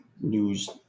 news